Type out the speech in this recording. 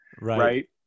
right